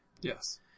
Yes